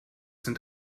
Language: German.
sind